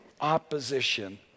opposition